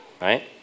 right